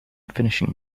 finishing